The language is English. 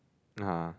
nah